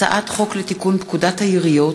הצעת חוק לתיקון פקודת העיריות